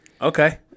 Okay